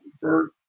Bert